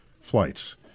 flights